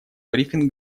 брифинг